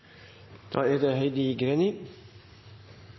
er det